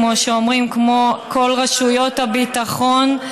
כמו שאומרות כל רשויות הביטחון,